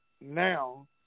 now